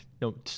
no